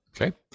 Okay